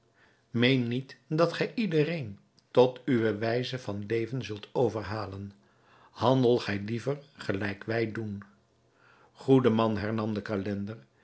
meen niet dat gij iedereen tot uwe wijze van leven zult overhalen handel gij liever gelijk wij doen goede man hernam de calender